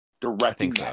directing